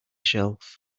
shelf